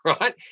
right